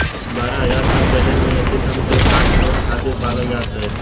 बारह हज़ार साल पहिले मवेशी सन के खाद्य स्रोत खातिर पालल जात रहे